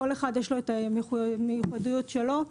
לכל אחד יש המיוחדות שלו.